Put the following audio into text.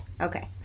Okay